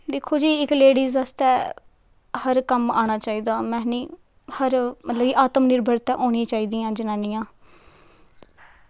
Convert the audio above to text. दिक्खो जी इक लेड़िस आस्तै हर कम्म आना चाहिदा में आखनी मतलब कि आत्म निर्भर होनी गै चाहिदियां न जनानियां